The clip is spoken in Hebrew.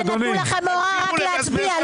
הרי נתנו לכם הוראה רק להצביע,